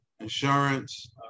insurance